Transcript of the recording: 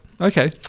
Okay